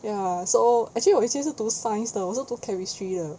ya so actually 我以前是读 science 的我是读 chemistry 的